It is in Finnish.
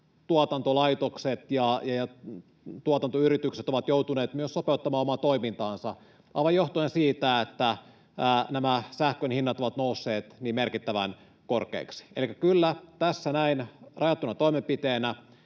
tuotantolaitokset ja tuotantoyritykset ovat joutuneet myös sopeuttamaan omaa toimintaansa aivan johtuen siitä, että nämä sähkön hinnat ovat nousseet niin merkittävän korkeiksi. Elikkä kyllä, tässä näin rajattuna toimenpiteenä